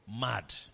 mad